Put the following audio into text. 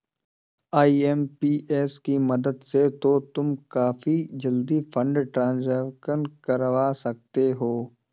IMPS की मदद से तो तुम काफी जल्दी फंड ट्रांसफर करवा सकते हो